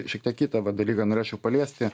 šiek tiek kitą va dalyką norėčiau paliesti